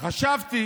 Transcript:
וחשבתי